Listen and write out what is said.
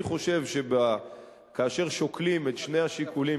אני חושב שכאשר שוקלים את שני השיקולים,